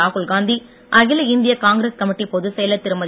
ராகுல் காந்தி அகில இந்திய காங்கிரஸ் கமிட்டி பொதுச்செயலர் திருமதி